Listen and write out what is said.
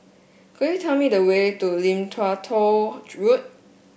could you tell me the way to Lim Tua Tow Road